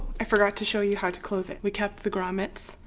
i forgot to show you how to close it we kept the grommets.